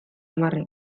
aimarrek